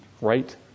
right